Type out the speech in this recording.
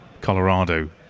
Colorado